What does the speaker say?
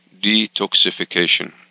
Detoxification